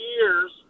years